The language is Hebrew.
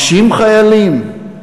50 חיילים?